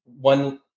one